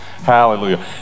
Hallelujah